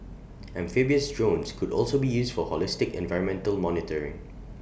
amphibious drones could also be used for holistic environmental monitoring